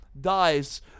Dies